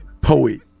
poet